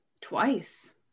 twice